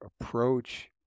approach